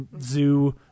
zoo